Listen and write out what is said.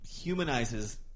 humanizes